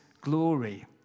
glory